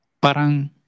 parang